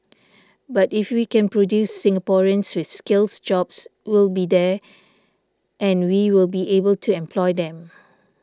but if we can produce Singaporeans with skills jobs will be there and we will be able to employ them